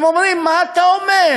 הם אומרים: מה אתה אומר?